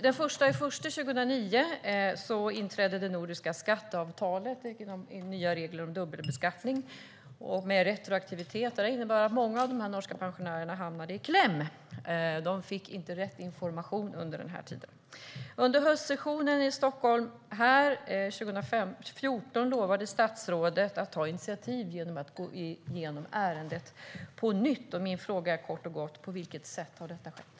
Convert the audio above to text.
Den 1 januari 2009 trädde det nordiska skatteavtalet med nya regler om dubbelbeskattning i kraft med retroaktivitet. Det innebar att många av dessa norska pensionärer hamnade i kläm. De fick inte rätt information under den här tiden. Under höstsessionen i Nordiska rådet här i Stockholm 2014 lovade statsrådet att ta initiativ genom att gå igenom ärendet på nytt. Min fråga är kort och gott: På vilket sätt har detta skett?